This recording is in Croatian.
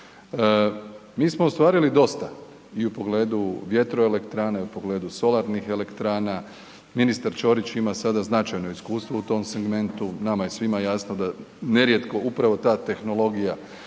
Mi smo ostvarili dosta i u pogledu vjetroelektrana i u pogledu solarnih elektrana, ministar Čorić ima sada značajno iskustvo u tom segmentu, nama je svima jasno da nerijetko upravo ta tehnologija